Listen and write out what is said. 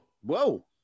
Whoa